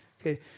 Okay